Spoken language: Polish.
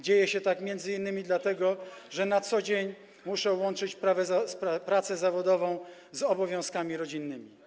Dzieje się tak m.in. dlatego, że na co dzień muszą łączyć pracę zawodową z obowiązkami rodzinnymi.